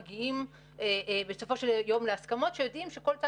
מגיעים בסופו של יום להסכמות שיודעים שכל צד